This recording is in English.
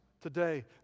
today